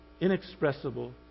inexpressible